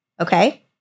okay